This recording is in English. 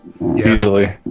Usually